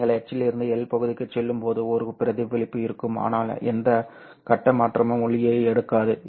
நீங்கள் H இலிருந்து L பகுதிக்குச் செல்லும்போது ஒரு பிரதிபலிப்பு இருக்கும் ஆனால் எந்த கட்ட மாற்றமும் ஒளியை எடுக்காது